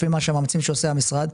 לפי המאמצים שעושה המשרד,